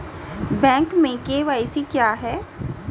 Bank में KYC क्या है?